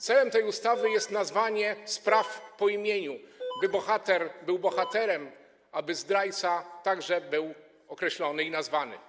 Celem tej ustawy jest nazwanie sprawy po imieniu, by bohater był bohaterem, by zdrajca także był określony i nazwany.